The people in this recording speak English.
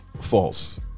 False